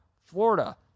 Florida